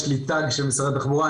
יש לי תג של משרד התחבורה.